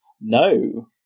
no